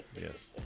Yes